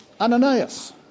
Ananias